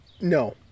No